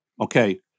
Okay